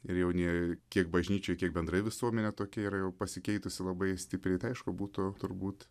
ir jaunieji kiek bažnyčia kiek bendrai visuomenė tokia yra jau pasikeitusi labai stipriai tai aišku būtų turbūt